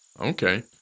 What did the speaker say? okay